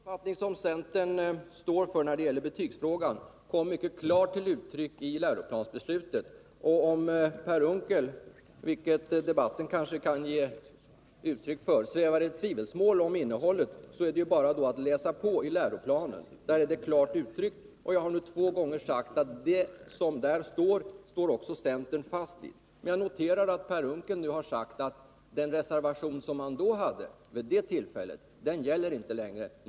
Herr talman! Den uppfattning som centern står för i betygsfrågan kom mycket klart till uttryck i läroplansbeslutet. Om Per Unckel, vilket debatten kan ge intryck av, svävar i tvivelsmål om innehållet i det beslutet är det ju bara att läsa på i läroplanen. Jag har nu två gånger sagt att det som står där står också centern fast vid. Jag noterar att Per Unckel nu har sagt att den reservation som moderaterna hade vid det tillfället inte längre gäller.